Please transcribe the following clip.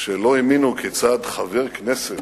שלא האמינו כיצד חבר כנסת